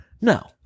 No